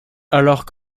alors